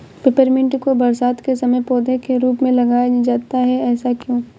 Peppermint को बरसात के समय पौधे के रूप में लगाया जाता है ऐसा क्यो?